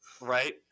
Right